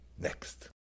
next